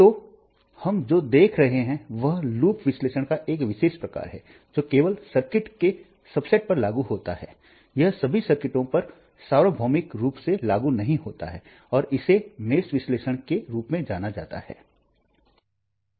तो हम जो देख रहे हैं वह लूप विश्लेषण का एक विशेष प्रकार है जो केवल सर्किट के सबसेट पर लागू होता है यह सभी सर्किटों पर सार्वभौमिक रूप से लागू नहीं होता है और इसे मेष विश्लेषण के रूप में जाना जाता है